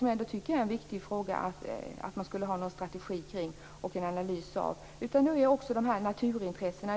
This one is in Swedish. om jag tycker att det är en viktig fråga som man borde ha en strategi kring och en analys av, utan det gäller också naturintressena.